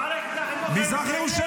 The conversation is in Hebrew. מערכת החינוך שלי